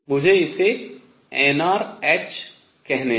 मुझे इसे nrh कहने दें